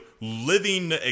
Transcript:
living